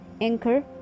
anchor